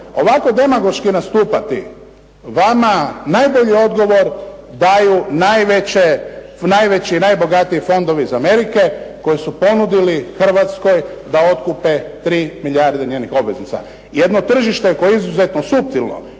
ovako demagoški nastupati, vama najbolji odgovor daju najveći i najbogatiji fondovi iz Amerike koji su ponudili Hrvatskoj da otkupe 3 milijardi njenih obveznica. Jedno tržište koje je izuzetno suptilno,